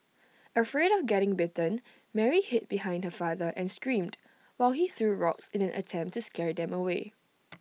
afraid of getting bitten Mary hid behind her father and screamed while he threw rocks in an attempt to scare them away